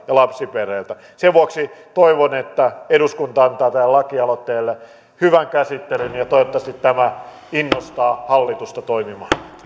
ja lapsiperheiltä sen vuoksi toivon että eduskunta antaa tälle lakialoitteelle hyvän käsittelyn ja toivottavasti tämä innostaa hallitusta toimimaan